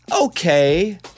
Okay